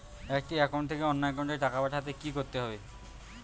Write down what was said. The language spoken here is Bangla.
একটি একাউন্ট থেকে অন্য একাউন্টে টাকা পাঠাতে কি করতে হবে?